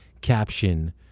caption